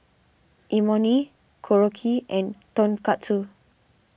Imoni Korokke and Tonkatsu